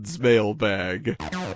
mailbag